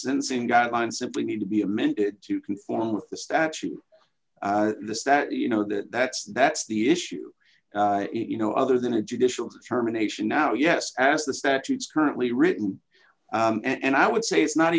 ancing guidelines simply need to be amended to conform with the statute that you know that that's that's the issue two you know other than a judicial determination now yes as the statutes currently written and i would say it's not